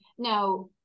Now